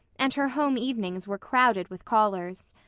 and her home evenings were crowded with callers.